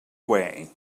way